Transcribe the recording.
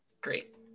Great